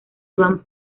iván